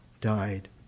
died